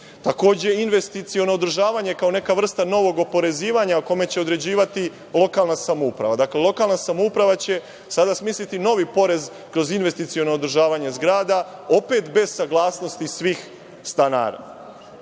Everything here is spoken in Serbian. Takođe, investiciono održavanje kao neka vrsta novog oporezivanja, o kome će određivati lokalna samouprava. Dakle, lokalna samouprava će sada smisliti novi porez kroz investiciono održavanje zgrada, opet bez saglasnosti svih stanara. Naravno